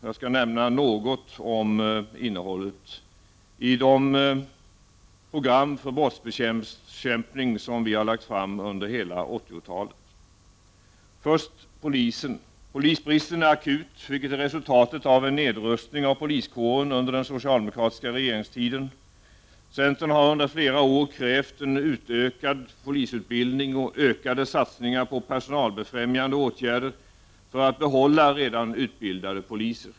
Jag skall nämna något av innehållet i de program för brottsbekämpning som centern under hela 80-talet har lagt fram. Polisbristen är akut, vilket är resultatet av en nedrustning av poliskåren under den socialdemokratiska regeringstiden. Centern har under flera år krävt en utökad polisutbildning och ökade satsningar på personalbefrämjande åtgärder för att behålla redan utbildade poliser.